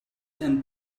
and